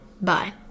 Bye